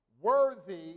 worthy